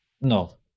No